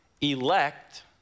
elect